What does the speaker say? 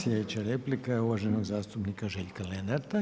Slijedeća replika je uvaženog zastupnika Željka Lenarta.